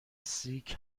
سیک